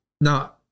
Now